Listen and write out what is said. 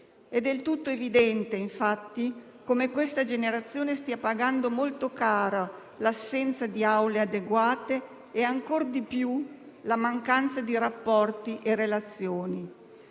È del tutto evidente, infatti, come questa generazione stia pagando molto cara l'assenza di aule adeguate e, ancor di più, la mancanza di rapporti e relazioni.